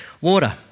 water